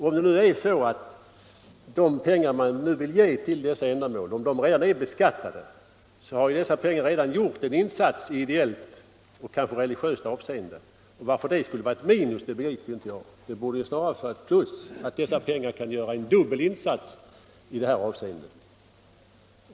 Om nu de pengar man vill ge till sådana ändamål redan är beskattade, har de ju redan gjort en insats i ideellt och religiöst avseende. Varför skulle det vara ett minus? Det borde vara ett plus. Dessa pengar kan göra en dubbel insats i detta avseende.